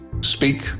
Speak